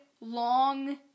long